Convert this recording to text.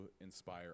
inspire